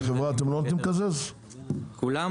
לחברה אתם נותנים לקזז, נכון?